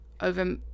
over